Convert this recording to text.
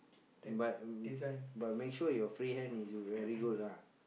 but but make sure your free hand is very good lah